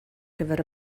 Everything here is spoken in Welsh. gyfer